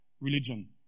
religion